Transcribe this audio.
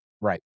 Right